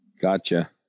Gotcha